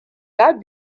that